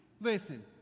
Listen